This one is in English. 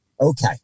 Okay